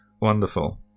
Wonderful